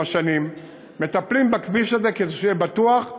עם השנים מטפלים בכביש הזה כדי שיהיה בטוח ובטיחותי.